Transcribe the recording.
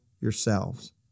yourselves